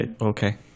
Okay